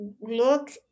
look